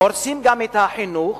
הורסים גם את החינוך,